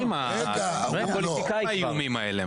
לא, די עם האיומים האלה.